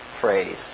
phrase